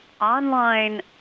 online